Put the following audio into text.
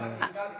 א.